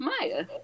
Maya